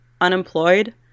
unemployed